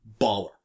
baller